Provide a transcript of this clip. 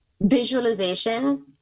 Visualization